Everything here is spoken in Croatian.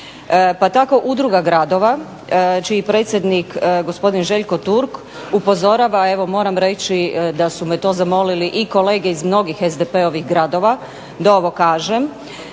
Pa tako udruga gradova čiji predsjednik gospodin Željko Turk, upozorava evo moram reći da su me to zamolili i kolege iz mnogih SDp-ovih gradova da ovo kažem.